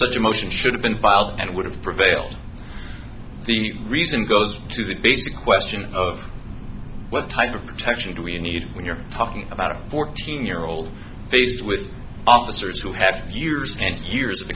a motion should have been filed and would have prevailed the reason goes to the basic question of what type of protection do we need when you're talking about a fourteen year old faced with officers who have two years and years of